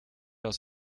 aus